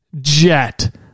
jet